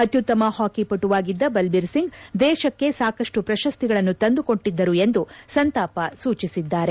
ಅತ್ಯುತ್ತಮ ಹಾಕಿ ಪಟುವಾಗಿದ್ದ ಬಲ್ಪೀರ್ ಸಿಂಗ್ ದೇಶಕ್ಕೆ ಸಾಕಷ್ಟು ಪ್ರಶಸ್ತಿಗಳನ್ನು ತಂದುಕೊಟ್ಟದ್ದರು ಎಂದು ಸಂತಾಪ ಸೂಚಿಸಿದ್ದಾರೆ